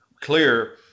clear